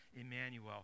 Emmanuel